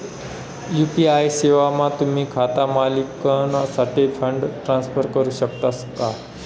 UPI सेवामा तुम्ही खाता मालिकनासाठे फंड ट्रान्सफर करू शकतस का